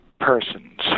persons